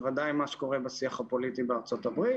בוודאי מה שקורה בשיח הפוליטי בארצות הברית,